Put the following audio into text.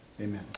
Amen